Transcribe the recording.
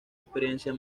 experiencia